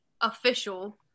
official